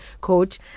coach